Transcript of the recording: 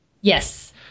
Yes